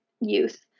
youth